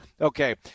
okay